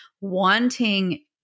Wanting